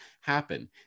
happen